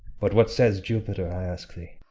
but what says jupiter, i ask thee?